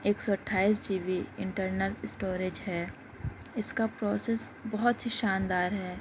ایک سو اٹھائس جی بی انٹرنل اسٹوریج ہے اس کا پروسیس بہت ہی شاندار ہے